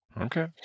Okay